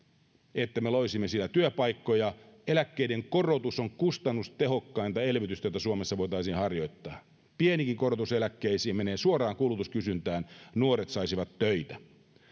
että me loisimme työpaikkoja eläkkeiden korotus on kustannustehokkainta elvytystä jota suomessa voitaisiin harjoittaa pienikin korotus eläkkeisiin menee suoraan kulutuskysyntään ja nuoret saisivat töitä